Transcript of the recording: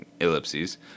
ellipses